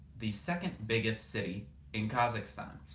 the second biggest city in kazakhstan.